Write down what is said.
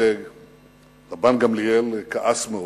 רבן גמליאל כעס מאוד,